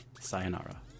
sayonara